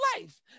life